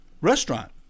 restaurant